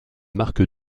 marque